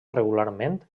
regularment